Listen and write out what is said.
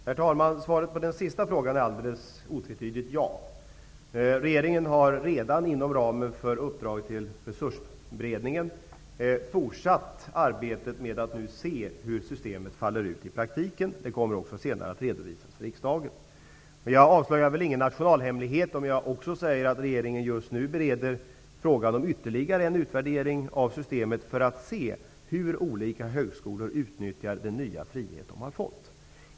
Herr talman! Svaret på den sista frågan är alldeles otvetydigt ja. Regeringen har redan inom ramen för uppdraget till Resursberedningen fortsatt arbetet med att se hur systemet faller ut i praktiken. Det kommer också senare att redovisas för riksdagen. Jag avslöjar väl ingen nationalhemlighet om jag också säger att regeringen just nu bereder frågan om ytterligare en utvärdering av systemet för att se hur olika högskolor utnyttjar den nya frihet de har fått.